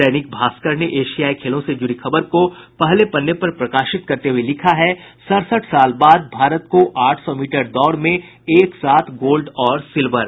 दैनिक भास्कर ने एशियाई खेलों से जुड़ी खबर को पहले पन्ने पर प्रकाशित करते हुये लिखा है सड़सठ साल बाद भारत को आठ सौ मीटर दौड़ में एक साथ गोल्ड और सिल्वर